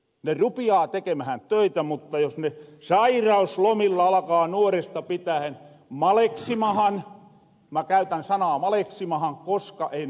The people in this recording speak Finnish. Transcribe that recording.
ne rupiaa tekemähän töitä mutta jos ne sairauslomilla alkaa nuorista pitäen maleksimahan minä käytän sanaa maleksimahan koska ei ne pysty töihin niin se pommi on